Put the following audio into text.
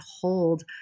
hold